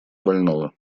больного